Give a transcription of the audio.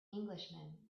englishman